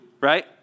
right